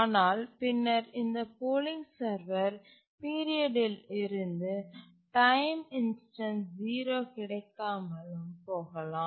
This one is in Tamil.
ஆனால் பின்னர் இந்த போலிங் சர்வர் பீரியட்இல் இருந்து டைம் இன்ஸ்டன்ஸ் 0 கிடைக்காமலும் போகலாம்